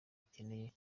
ikeneye